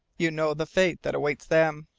you know the fate that awaits them!